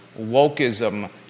wokeism